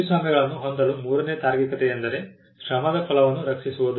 ಕೃತಿಸ್ವಾಮ್ಯಗಳನ್ನು ಹೊಂದಲು ಮೂರನೆಯ ತಾರ್ಕಿಕತೆಯೆಂದರೆ ಶ್ರಮದ ಫಲವನ್ನು ರಕ್ಷಿಸುವುದು